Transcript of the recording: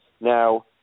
Now